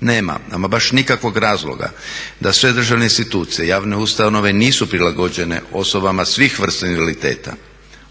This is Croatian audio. Nema ama baš nikakvog razloga da sve državne institucije, javne ustanove nisu prilagođene osobama svih vrsta invaliditeta,